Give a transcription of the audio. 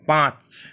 পাঁচ